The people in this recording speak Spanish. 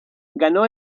ganó